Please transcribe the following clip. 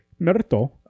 Merto